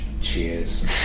Cheers